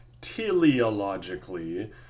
teleologically